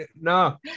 No